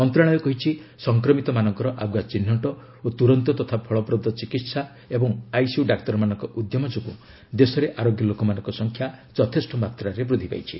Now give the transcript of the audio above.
ମନ୍ତ୍ରଣାଳୟ କହିଛି ସଂକ୍ରମିତମାନଙ୍କର ଆଗ୍ରଆ ଚିହ୍ନଟ ଓ ତ୍ରରନ୍ତ ତଥା ଫଳପ୍ରଦ ଚିକିତ୍ସା ଏବଂ ଆଇସିୟୁ ଡାକ୍ତରମାନଙ୍କ ଉଦ୍ୟମ ଯୋଗୁଁ ଦେଶରେ ଆରୋଗ୍ୟ ଲୋକମାନଙ୍କ ସଂଖ୍ୟା ଯଥେଷ୍ଟ ମାତ୍ରାରେ ବୃଦ୍ଧି ପାଇଛି